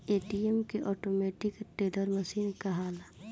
ATM के automatic teller machine कहाला